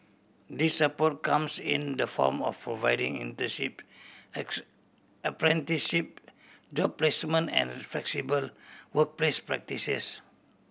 this support comes in the form of providing internship apprenticeship job placements and flexible workplace practices